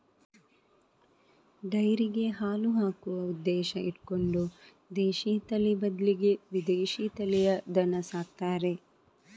ಡೈರಿಗೆ ಹಾಲು ಹಾಕುವ ಉದ್ದೇಶ ಇಟ್ಕೊಂಡು ದೇಶೀ ತಳಿ ಬದ್ಲಿಗೆ ವಿದೇಶೀ ತಳಿಯ ದನ ಸಾಕ್ತಾರೆ